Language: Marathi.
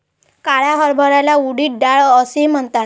काळ्या हरभऱ्याला उडीद डाळ असेही म्हणतात